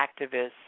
activists